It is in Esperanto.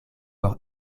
por